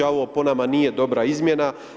Ovo po nama nije dobra izmjena.